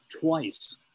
twice